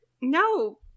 No